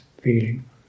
feeling